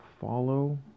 follow